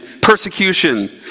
persecution